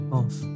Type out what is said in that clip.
off